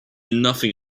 nothing